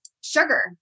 sugar